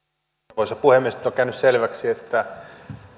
arvoisa puhemies nyt on käynyt selväksi että